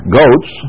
goats